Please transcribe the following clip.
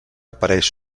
apareix